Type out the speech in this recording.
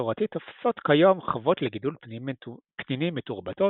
המסורתית תופסות כיום חוות לגידול פנינים מתורבתות,